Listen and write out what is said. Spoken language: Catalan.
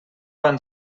van